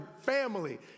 family